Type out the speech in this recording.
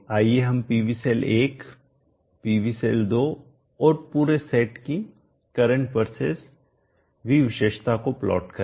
आइए हम PV cell 1 PV cell 2 और पूरे सेट की Iकरंट वर्सेस V विशेषता को प्लॉट करें